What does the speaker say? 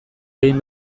egin